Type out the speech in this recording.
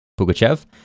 Pugachev